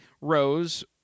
rows